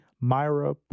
Myra